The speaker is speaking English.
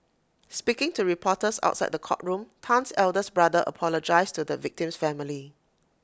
speaking to reporters outside the courtroom Tan's eldest brother apologised to the victim's family